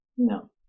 No